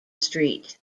street